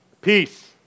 Peace